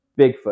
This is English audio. Bigfoot